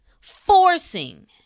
forcing